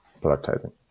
productizing